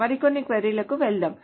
మరికొన్ని క్వరీ లకు వెళ్దాం